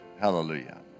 Hallelujah